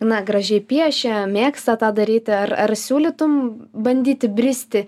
na gražiai piešia mėgsta tą daryti ar ar siūlytum bandyti bristi